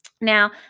Now